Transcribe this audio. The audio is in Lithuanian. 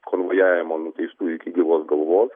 konvojavimo nuteistųjų iki gyvos galvos